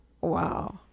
Wow